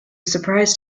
surprise